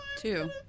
Two